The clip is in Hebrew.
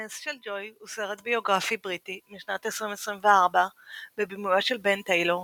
הנס של ג'וי הוא סרט ביוגרפי בריטי משנת 2024 בבימויו של בן טיילור,